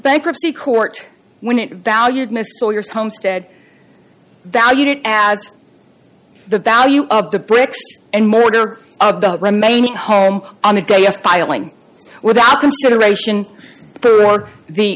bankruptcy court when it valued missed four years homestead valued it add the value of the bricks and mortar about remaining home on the day of filing without consideration for the